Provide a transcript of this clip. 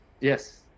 Yes